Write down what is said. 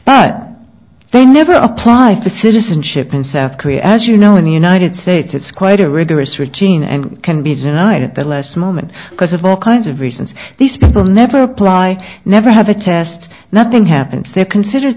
but they never apply for citizenship in south korea as you know in the united states it's quite a rigorous routine and can be denied at the last moment because of all kinds of reasons these people never apply never have a test nothing happens they're considered